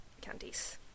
candies